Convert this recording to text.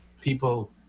people